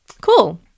cool